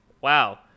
Wow